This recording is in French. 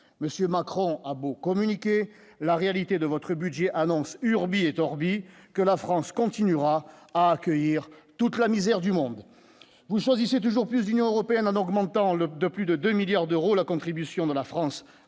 monsieur Macron a beau communiqué la réalité de votre budget annonce urbi et d'orbi que la France continuera à accueillir toute la misère du monde, vous choisissez toujours plus, Union européenne, en augmentant le de plus de 2 milliards d'euros, la contribution de la France